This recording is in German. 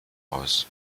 aus